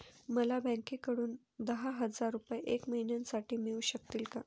मला बँकेकडून दहा हजार रुपये एक महिन्यांसाठी मिळू शकतील का?